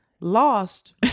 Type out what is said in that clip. lost